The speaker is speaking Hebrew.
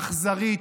אכזרית,